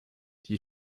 die